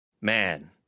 man